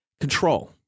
Control